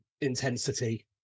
intensity